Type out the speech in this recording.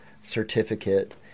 certificate